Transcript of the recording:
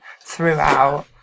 throughout